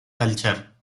culture